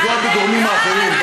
לפגוע בגורמים האחרים,